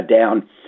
down